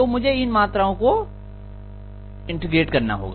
तो मुझे इन मात्राओं को इंटीग्रेट करना होगा